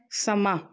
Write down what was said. ਸਮਾਂ